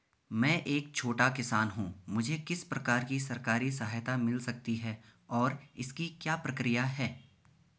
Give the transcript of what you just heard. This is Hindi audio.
मैं एक छोटा किसान हूँ मुझे किस प्रकार की सरकारी सहायता मिल सकती है और इसकी क्या प्रक्रिया है?